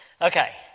Okay